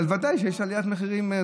אבל ודאי שיש עליית מחירים.